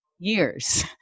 years